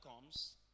comes